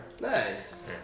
Nice